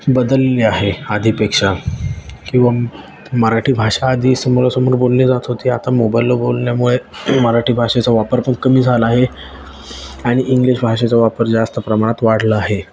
बदलेली आहे आधीपेक्षा किंवा मराठी भाषा आधी समोरसमोर बोलली जात होती आता मोबाईलला बोलल्यामुळे मराठी भाषेचा वापर पण कमी झाला आहे आणि इंग्लिश भाषेचा वापर जास्त प्रमाणात वाढला आहे